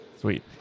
Sweet